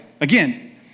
Again